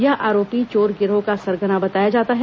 यह आरोपी चोर गिरोह का सरगना बताया जाता है